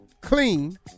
clean